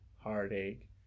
heartache